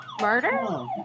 Murder